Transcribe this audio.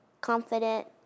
confident